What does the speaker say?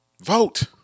vote